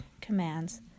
commands